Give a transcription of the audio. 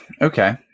Okay